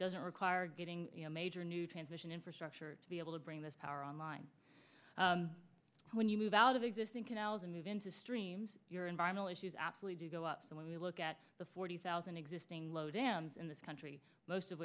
doesn't require getting a major new transmission infrastructure to be able to bring this power on line when you move out of existing canals and move into stream your environmental issues absolutely go up when we look at the forty thousand existing low dams in this country most of